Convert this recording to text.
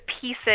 pieces